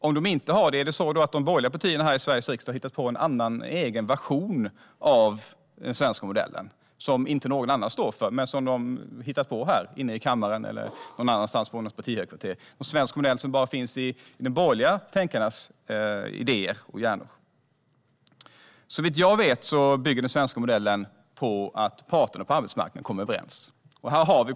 Om de inte har det, har de borgerliga partierna i Sveriges riksdag i så fall hittat på en egen version av den svenska modellen? Det kanske är en modell som ingen annan står för, utan som de har hittat på, här i kammaren eller någon annanstans, på något partihögkvarter. Det kanske är en svensk modell som bara finns i de borgerliga tänkarnas idéer och hjärnor. Såvitt jag vet bygger den svenska modellen på att parterna på arbetsmarknaden kommer överens.